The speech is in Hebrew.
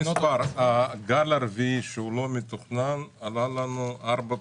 הגל הרביעי, שהוא לא מתוכנן, עלה לנו 4.1,